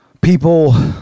people